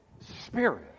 Spirit